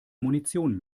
munition